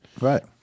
Right